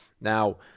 Now